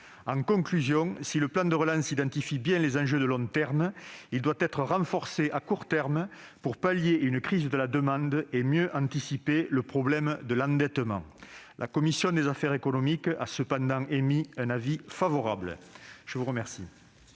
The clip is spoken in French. et les régions. Si le plan de relance identifie bien les enjeux de long terme, il doit être renforcé à court terme pour pallier une crise de la demande et mieux anticiper le problème de l'endettement. La commission des affaires économiques a émis un avis favorable à l'adoption